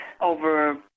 over